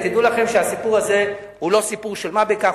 ותדעו לכם שהסיפור הזה הוא לא סיפור של מה בכך,